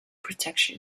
protection